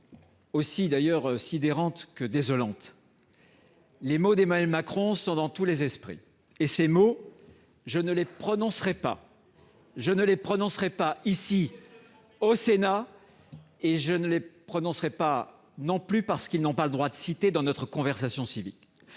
aussi sidérante que désolante, les mots d'Emmanuel Macron sont dans tous les esprits. Ces mots, je ne les prononcerai pas. Je ne les prononcerai pas ici, au Sénat ; je ne les prononcerai pas, parce qu'ils n'ont pas droit de cité dans notre conversation civique.